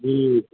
جی